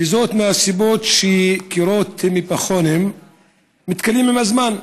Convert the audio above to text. מהסיבות שקירות מפחונים מתכלים עם הזמן,